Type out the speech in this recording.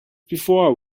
before